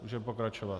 Můžeme pokračovat.